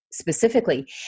specifically